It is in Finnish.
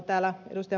täällä ed